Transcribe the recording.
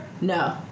No